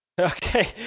Okay